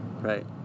Right